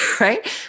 Right